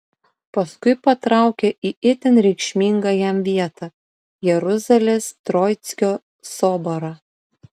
paskui patraukė į itin reikšmingą jam vietą jeruzalės troickio soborą